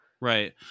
Right